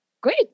Great